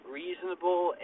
reasonable